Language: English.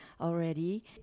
already